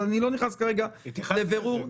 אבל אני לא נכנס כרגע לבירור --- התייחסתי לזה.